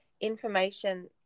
information